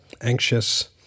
anxious